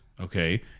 Okay